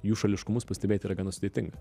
jų šališkumus pastebėti yra gana sudėtinga